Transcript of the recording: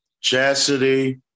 Chastity